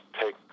take